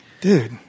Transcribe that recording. dude